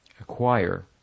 acquire